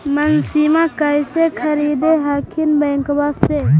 मसिनमा कैसे खरीदे हखिन बैंकबा से?